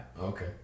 Okay